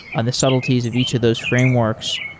and the subtleties of each of those frameworks.